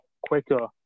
quicker